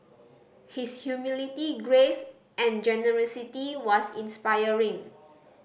his humility grace and generosity was inspiring